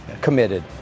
committed